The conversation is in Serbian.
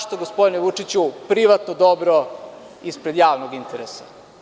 Zašto, gospodine Vučići, privatno dobro ispred javnog interesa?